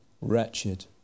wretched